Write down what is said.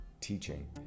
teaching